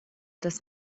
dass